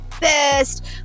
best